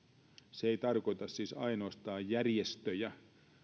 se ei tarkoita siis ainoastaan järjestöjä